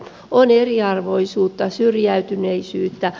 on eriarvoisuutta syrjäytyneisyyttä